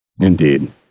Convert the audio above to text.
Indeed